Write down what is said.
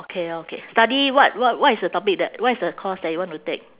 okay okay study what wh~ what is the topic that what is the course that you want to take